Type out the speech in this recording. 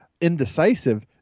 indecisive